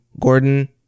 Gordon